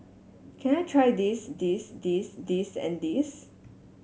can I try this this this this and this